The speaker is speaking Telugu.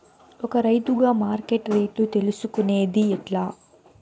ఒక రైతుగా మార్కెట్ రేట్లు తెలుసుకొనేది ఎట్లా?